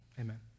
amen